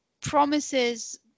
promises